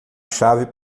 chave